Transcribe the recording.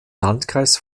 landkreis